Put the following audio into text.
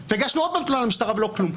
והגשנו עוד פעם תלונה במשטרה ולא קרה כלום.